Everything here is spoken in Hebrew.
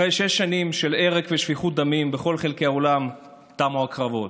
אחרי שש שנים של הרג ושפיכות דמים בכל חלקי העולם תמו הקרבות.